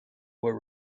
were